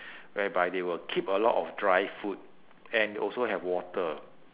whereby they will keep a lot of dry food and also have water